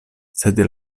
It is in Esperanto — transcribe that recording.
sed